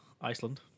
Iceland